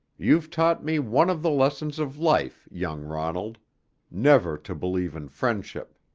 you've taught me one of the lessons of life, young ronald never to believe in friendship.